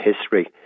history